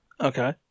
Okay